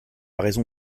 raison